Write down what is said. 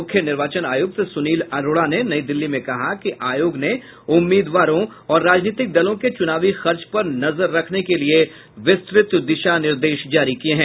मुख्य निर्वाचन आयुक्त सुनील अरोड़ा ने नई दिल्ली में कहा कि आयोग ने उम्मीदवारों और राजनीतिक दलों के चुनावी खर्च पर नजर रखने के लिए विस्तृत दिशा निर्देश जारी किए हैं